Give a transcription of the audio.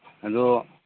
ꯑꯗꯨ